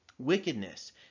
wickedness